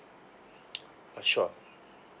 uh sure